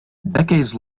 decades